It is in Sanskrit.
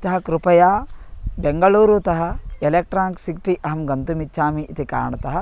अतः कृपया बेङ्गळूरुतः एलेक्ट्रान्क् सिटि अहं गन्तुम् इच्छामि इति कारणतः